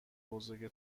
بزرگ